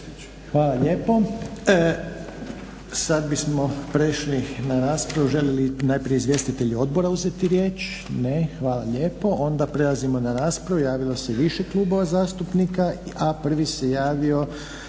Hvala lijepo. Sad bismo prešli na raspravu. Žele li najbolje izvjestitelji odbora uzeti riječ? Ne. Hvala lijepo. Onda prelazimo na raspravu, javilo se i više klubova zastupnika. A prvi se javio